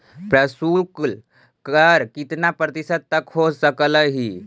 प्रशुल्क कर कितना प्रतिशत तक हो सकलई हे?